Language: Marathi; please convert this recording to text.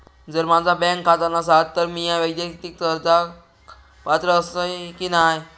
जर माझा बँक खाता नसात तर मीया वैयक्तिक कर्जाक पात्र आसय की नाय?